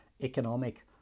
economic